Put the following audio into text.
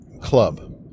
Club